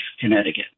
connecticut